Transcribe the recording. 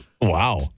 Wow